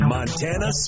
Montana